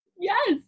Yes